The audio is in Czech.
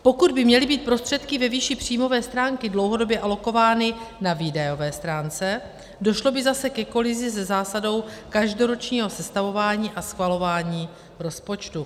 Pokud by měly být prostředky ve výši příjmové stránky dlouhodobě alokovány na výdajové stránce, došlo by zase ke kolizi se zásadou každoročního sestavování a schvalování rozpočtu.